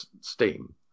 Steam